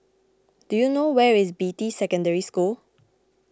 do you know where is Beatty Secondary School